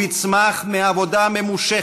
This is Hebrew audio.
הוא יצמח מעבודה ממושכת,